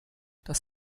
das